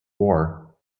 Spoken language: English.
war